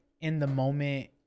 in-the-moment